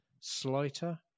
slighter